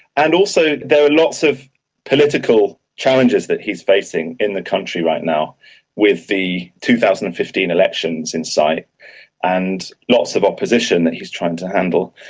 and also there are lots of political challenges that he is facing in the country right now with the two thousand and fifteen elections in sight and lots of opposition that he is trying to handle.